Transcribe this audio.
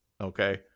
okay